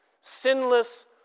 sinless